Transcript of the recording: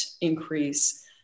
increase